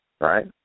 Right